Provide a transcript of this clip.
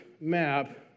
map